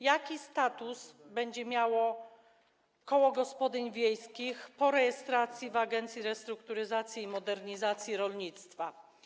Jaki status będzie miało koło gospodyń wiejskich po rejestracji w Agencji Restrukturyzacji i Modernizacji Rolnictwa?